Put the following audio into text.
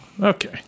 Okay